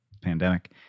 pandemic